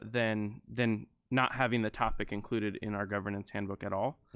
then then not having the topic included in our governance handbook at all,